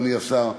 אדוני השר,